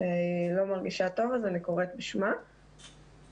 היא לא מרגישה טוב, אז אני קוראת בשמה, ברשותכם.